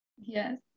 Yes